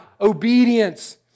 obedience